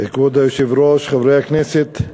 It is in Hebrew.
כבוד היושב-ראש, חברי הכנסת,